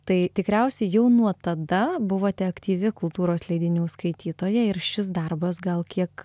tai tikriausiai jau nuo tada buvote aktyvi kultūros leidinių skaitytoja ir šis darbas gal kiek